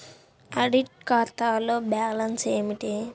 Audit ఖాతాలో balance ఏమిటీ?